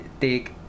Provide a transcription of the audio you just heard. take